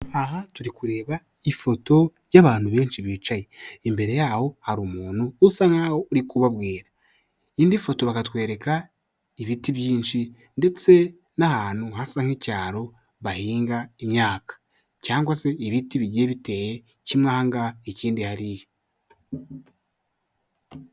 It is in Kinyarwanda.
Aha turi kureba ifoto y'abantu benshi bicaye, imbere yaho hari umuntu usa nk'aho uri kubabwira, indi foto bakatwereka ibiti byinshi ndetse n'ahantu hasa nk'icyaro bahinga imyaka cyangwa se ibiti bigiye biteye, kimwe aha ngaha ikindi hariya.